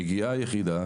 מגיעה יחידה,